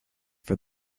for